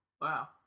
Wow